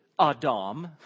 Adam